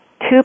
Two